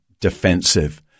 defensive